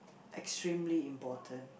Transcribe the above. extremely important